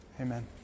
Amen